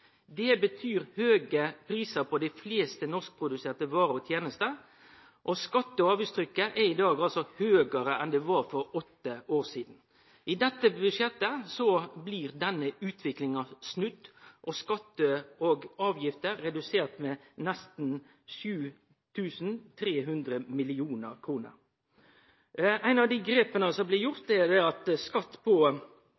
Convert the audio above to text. Det betyr høge prisar på dei fleste norskproduserte varer og tenester, og skatte- og avgiftstrykket er i dag høgare enn det var for åtte år sidan. I dette budsjettet blir denne utviklinga snudd og skattar og avgifter redusert med nesten 7 300 mill. kr. Eit av dei grepa som blir